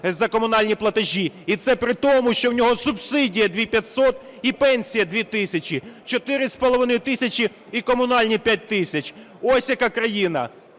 за комунальні платежі! І це при тому, що у нього субсидія 2500 і пенсія 2 тисячі – 4,5 тисячі і комунальні 5 тисяч! Ось, яка країна.